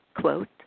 quote